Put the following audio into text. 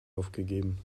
aufgegeben